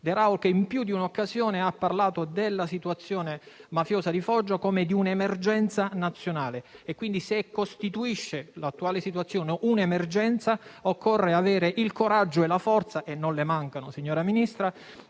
De Raho, che in più di un'occasione ha parlato della situazione mafiosa di Foggia come di un'emergenza nazionale. Quindi, se l'attuale situazione costituisce un'emergenza, occorre avere il coraggio e la forza - che non le mancano, signora Ministra